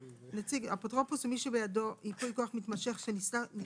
"נציג" - אפוטרופוס או מי שיש בידו ייפוי כוח מתמשך שנכנס